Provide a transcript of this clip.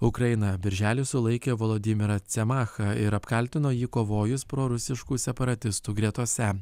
ukraina birželį sulaikė volodimirą cemachą ir apkaltino jį kovojus prorusiškų separatistų gretose